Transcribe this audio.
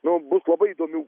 nu bus labai įdomių